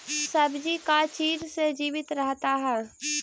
सब्जी का चीज से जीवित रहता है?